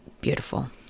beautiful